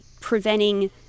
preventing